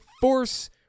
force